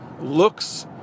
looks